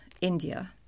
India